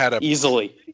Easily